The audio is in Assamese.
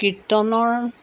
কীৰ্তনৰ